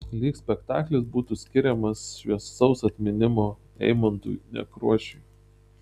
lyg spektaklis būtų skiriamas šviesaus atminimo eimuntui nekrošiui